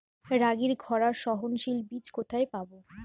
রাগির খরা সহনশীল বীজ কোথায় পাবো?